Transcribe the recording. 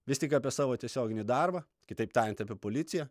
vis tik apie savo tiesioginį darbą kitaip tariant apie policiją